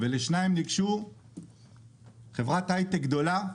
ולשניים ניגשה חברת "הייטק" גדולה,